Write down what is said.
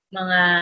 mga